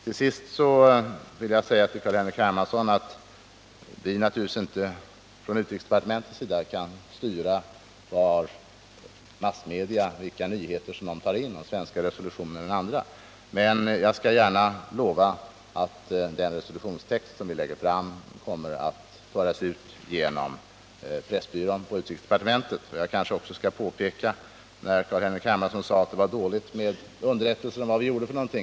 Till sist vill jag säga till Carl-Henrik Hermansson att vi i utrikesdepartementet naturligtvis inte kan styra vilka nyheter massmedia tar in — svenska resolutioner eller andra. Men jag skall gärna lova att den resolutionstext vi lägger fram kommer att föras ut genom pressbyrån på utrikesdepartementet. Carl-Henrik Hermansson sade att det var dåligt med underrättelser om vad vi gjorde för någonting.